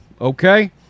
Okay